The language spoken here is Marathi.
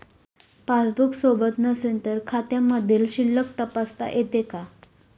पासबूक सोबत नसेल तर खात्यामधील शिल्लक तपासता येते का?